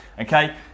Okay